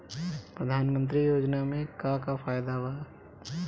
प्रधानमंत्री योजना मे का का फायदा बा?